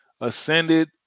ascended